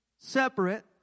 separate